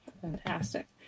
Fantastic